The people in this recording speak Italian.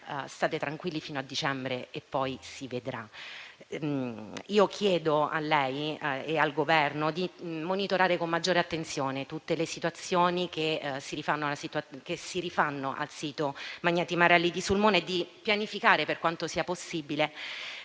state tranquilli fino a dicembre e poi si vedrà. Chiedo a lei e al Governo di monitorare con maggiore attenzione tutte le situazioni che si rifanno al sito Magneti Marelli di Sulmona e di pianificare, per quanto sia possibile,